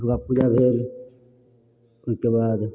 दुर्गापूजा भेल ओइके बाद